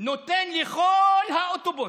נותן לכל האוטובוס,